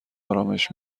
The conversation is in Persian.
آرامش